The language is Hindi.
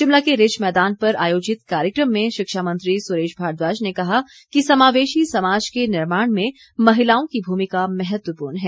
शिमला के रिज मैदान पर आयोजित कार्यक्रम में शिक्षा मंत्री सुरेश भारद्वाज ने कहा कि समावेशी समाज के निर्माण में महिलाओं की भूमिका महत्वपूर्ण है